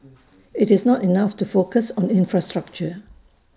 IT is not enough to focus on infrastructure